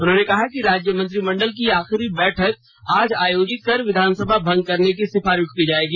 उन्होंने कहा कि राज्य मंत्रिमंडल की आखिरी बैठक आज आयोजित कर विधानसभा भंग करने की सिफारिश की जाएगी